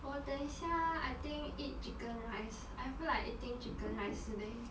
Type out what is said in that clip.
我等一下 I think eat chicken rice I feel like eating chicken rice leh